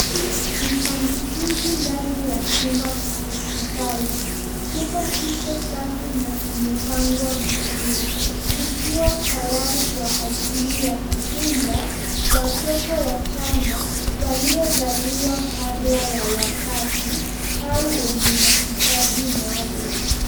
Vibandikizi ndani ya chumba cha hospitali. Chumba Kiko safi na kimepangwa vizuri vikiwa tayari kwa ajili ya kutunza watoto wachanga walio zaliwa kabla ya wakati au wenye mahitaji maalum.